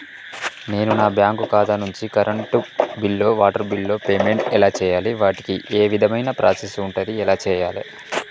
నేను నా బ్యాంకు ఖాతా నుంచి కరెంట్ బిల్లో వాటర్ బిల్లో పేమెంట్ ఎలా చేయాలి? వాటికి ఏ విధమైన ప్రాసెస్ ఉంటది? ఎలా చేయాలే?